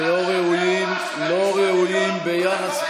הייתי אומר כמעט, זה לא מתלהם, תגיד את זה.